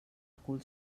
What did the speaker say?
cul